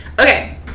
Okay